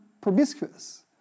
promiscuous